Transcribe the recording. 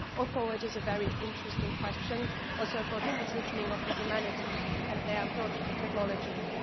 although it is a very interesting question, also for the positioning of the humanities and their approach to technology.